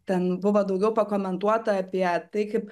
ten buvo daugiau pakomentuota apie tai kaip